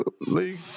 League